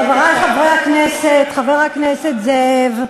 חברי חברי הכנסת, חבר הכנסת זאב,